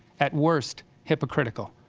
at worst, hypocritical.